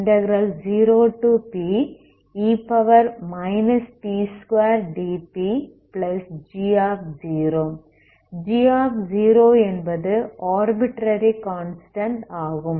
g என்பது arbitrary constant ஆகும்